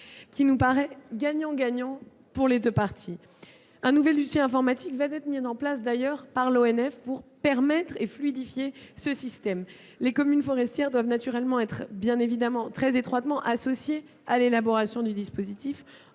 qui nous paraît « gagnant-gagnant » pour les deux parties. Un nouvel outil informatique va d'ailleurs être mis en place par l'ONF pour fluidifier le système. Les communes forestières doivent naturellement être très étroitement associées à l'élaboration du dispositif,